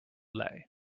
lay